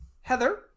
Heather